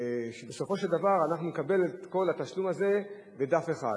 שבסופו של דבר אנחנו נקבל את כל התשלום הזה בדף אחד.